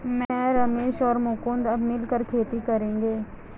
मैं, रमेश और मुकुंद अब मिलकर खेती करेंगे